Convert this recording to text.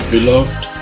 Beloved